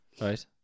Right